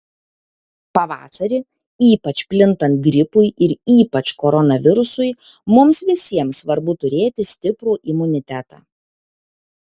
pavasarį ypač plintant gripui ir ypač koronavirusui mums visiems svarbu turėti stiprų imunitetą